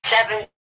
Seven